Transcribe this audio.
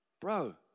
bro